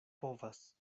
povas